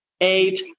eight